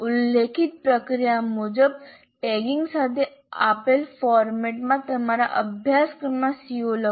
ઉલ્લેખિત પ્રક્રિયા મુજબ ટેગિંગ સાથે આપેલ ફોર્મેટમાં તમારા અભ્યાસક્રમના CO લખો